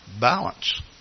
balance